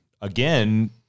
Again